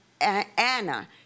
Anna